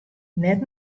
net